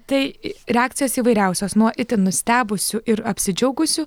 tai reakcijos įvairiausios nuo itin nustebusių ir apsidžiaugusių